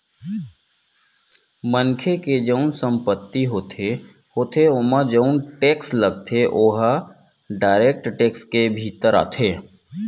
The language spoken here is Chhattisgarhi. मनखे के जउन संपत्ति होथे होथे ओमा जउन टेक्स लगथे ओहा डायरेक्ट टेक्स के भीतर आथे